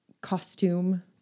costume